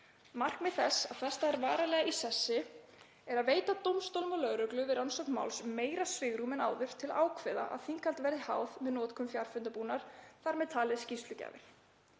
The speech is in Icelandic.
Markmið þess að festa þær varanlega í sessi er að veita dómstólum og lögreglu við rannsókn máls meira svigrúm en áður til að ákveða að þinghald verði háð með notkun fjarfundarbúnaðar, þar með talið skýrslugjafir.